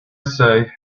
say